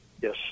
Yes